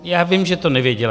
já vím, že to nevěděla.